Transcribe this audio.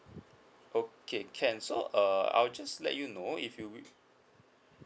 okay can so uh I'll just let you know if you wi~